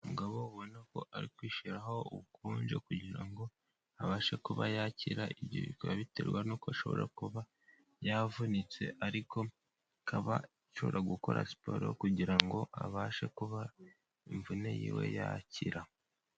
Umugabo ubona ko ari kwishiraho ubukonje kugira ngo abashe kuba yakira, ibyo bikaba biterwa n'uko ashobora kuba yavunitse; ariko akaba ashobora gukora siporo kugira ngo abashe kuba imvune yiwe yakira.